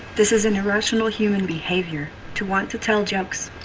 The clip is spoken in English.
this is an irrational human behavior, to want to tell jokes.